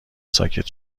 ساکت